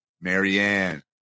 Marianne